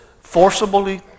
forcibly